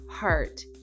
heart